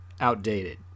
outdated